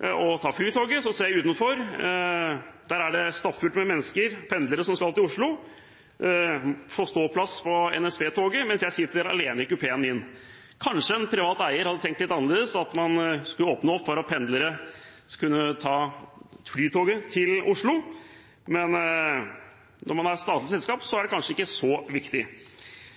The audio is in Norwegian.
ser jeg utenfor at det er stappfullt av mennesker, pendlere, som skal til Oslo. De får ståplass på NSB-toget, mens jeg sitter alene i kupeen min. Kanskje en privat eier hadde tenkt litt annerledes, at man skulle åpne opp for at pendlere kunne ta Flytoget til Oslo? Men når det er et statlig selskap, er det kanskje ikke så viktig?